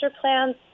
plans